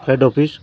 head office